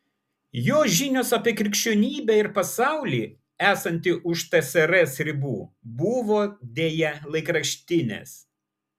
jo žinios apie krikščionybę ir pasaulį esantį už tsrs ribų buvo deja laikraštinės